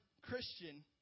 Christian